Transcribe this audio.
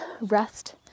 rest